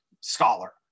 scholar